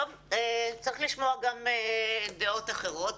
צריך לשמוע גם דעות אחרות.